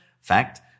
fact